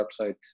website